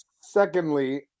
Secondly